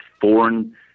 foreign